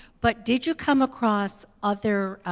but did you come across other,